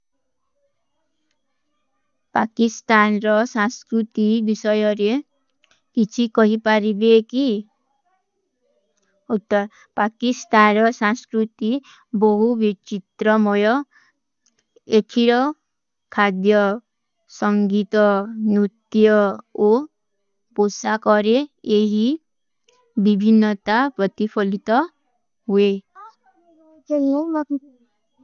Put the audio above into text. ପାକିସ୍ତାନ ର ଶାଂସ୍କୁରୂତି ଵିଶଯର ଯେ ଇଚୀ କହୀ ପାରିଵେ କୀ। ଉତ୍ତା ପାକିସ୍ତାନ ର ଶାଂସ୍କୁରୂତି ବହୁଵେ ଚିତ୍ରମଯ ଏଖିର ଖାଦ୍ଯା, ସଂଗୀତା, ନୂତ୍ଯା ଓ ବୋଚ୍ଚା କରେ ଯେ ହୀ ଵିଭିନତା ବତିଫଲିତା ହୁଈ।